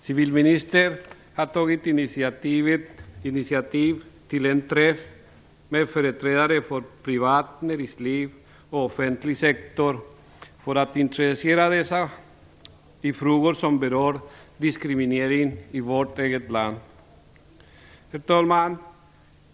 Civilministern har tagit initiativ till en träff med företrädare för privat näringsliv och offentlig sektor för att intressera dessa för frågor som berör diskriminering i vårt eget land. Herr talman!